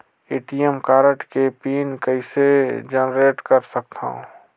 ATM card के PIN कइसे generate कर सकथव?